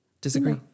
Disagree